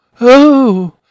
Oh